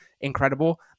incredible